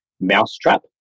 mousetrap